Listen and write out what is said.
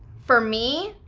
for me,